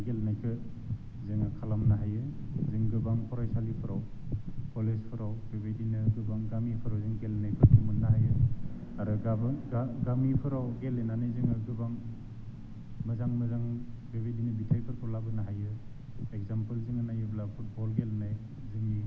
गेलेनायखौ जोङो खालामनो हायो जों गोबां फरायसालिफोराव कलेजफोराव बेबायदिनो गोबां गामिफोराव जों गेलेनायफोरखौ मोननो हायो आरो गाबोन गा गामिफोराव गेलेनानै जोङो गोबां मोजां मोजां बेबायदिनो बिथाइफोरखौ लाबोनो हायो इगजामफोल जोङो नायोब्ला पुटबल गेलेनाय जोंनि